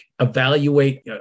evaluate